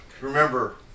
Remember